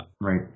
Right